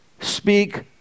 speak